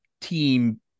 team